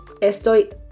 Estoy